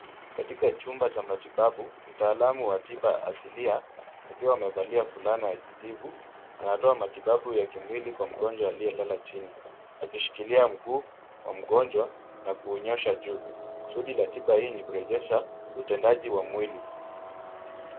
Katika chumba cha matibabu mtaalamu wa tiba asilia akiwa amevalia fulana ya kijivu anatoa matibabu ya kimwili kwa mgonjwa aliyelala chini akishikilia mguu wa mgonjwa na kuunyosha juu. Kusudi la tiba hii ni kurejesha utendaji wa mwili.